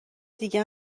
دیگه